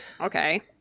Okay